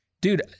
Dude